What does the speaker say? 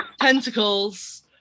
tentacles